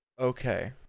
okay